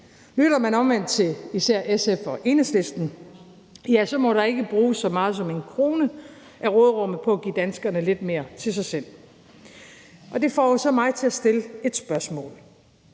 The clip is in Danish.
Lytter man omvendt til især SF og Enhedslisten, må der ikke bruges så meget som 1 kr. af råderummet på at give danskerne lidt mere til sig selv. Det får så mig til at stille et spørgsmål,